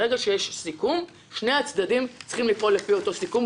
ברגע שיש סיכום שני הצדדים צריכים לפעול לפי אותו סיכום,